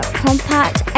compact